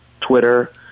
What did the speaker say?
Twitter